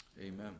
Amen